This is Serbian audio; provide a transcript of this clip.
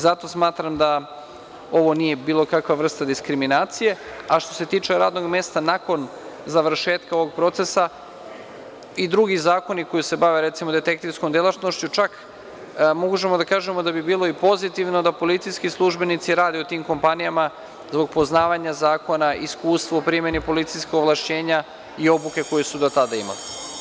Zato smatram da ovo nije bilo kakva vrsta diskriminacije, a što se tiče radnog mesta nakon završetka ovog procesa, i drugi zakoni koji se bave, recimo, detektivskom delatnošću, čak možemo da kažemo da bi bilo i pozitivno da policijski službenici rade u tim kompanijama, zbog poznavanja zakona, iskustva u primeni policijskog ovlašćenja i obuke koju su do tada imali.